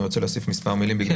אני רוצה להוסיף מספר מילים בגלל